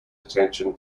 attention